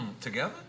Together